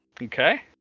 Okay